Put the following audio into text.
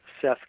Seth